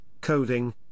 coding